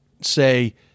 say